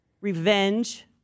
Revenge